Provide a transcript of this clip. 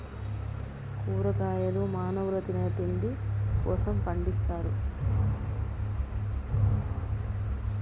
కూరగాయలు మానవుల తినే తిండి కోసం పండిత్తారు